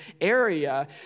area